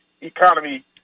economy